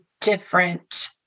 different